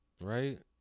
Right